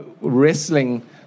wrestling